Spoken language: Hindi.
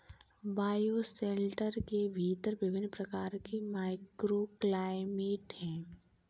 बायोशेल्टर के भीतर विभिन्न प्रकार के माइक्रोक्लाइमेट हैं